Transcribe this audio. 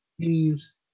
teams